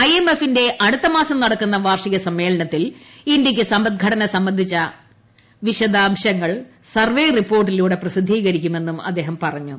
I എഫിന്റെ അടുത്തമാസം നടക്കുന്ന വാർഷിക എം സമ്മേളനത്തിൽ ഇന്ത്യയ്ക്ക് സമ്പദ്ഘടന സംബന്ധിച്ച വിശദാംശങ്ങൾ സർവ്വേ റിപ്പോർട്ടിലൂടെ പ്രസിദ്ധീകരിക്കുമെന്നും അദ്ദേഹം പറഞ്ഞു